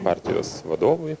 partijos vadovui